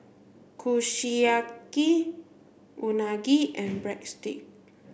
Kushiyaki Unagi and Breadsticks